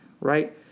right